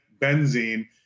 benzene